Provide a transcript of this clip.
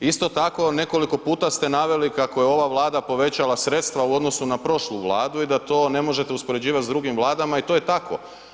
Isto tako nekoliko puta ste naveli kako je ova Vlada povećala sredstva u odnosu na prošlu vladu i da to ne možete uspoređivati s drugim vladama i to je tako.